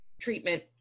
treatment